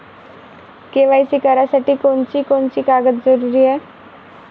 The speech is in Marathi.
के.वाय.सी करासाठी कोनची कोनची कागद जरुरी हाय?